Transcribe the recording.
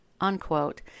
unquote